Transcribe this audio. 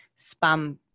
spam